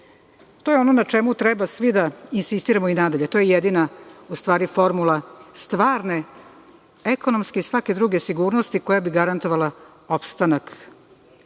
To je ono na čemu treba svi da insistiramo i nadalje. To je jedina formula stvarne ekonomske i svake druge sigurnosti koja bi garantovala opstanak